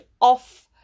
off